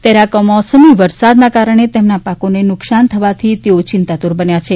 ત્યારે આ કમોસમી વરસાદના કારણે તેમના પાકોને નુકસાન થવાથી તેઓ ચિંતાતુર બન્યા છે